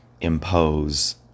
impose